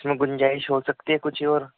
اِس میں گُنجائش ہو سکتی ہے کچھ اور